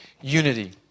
unity